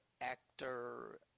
actor